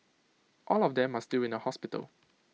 all of them are still in A hospital